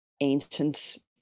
ancient